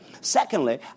Secondly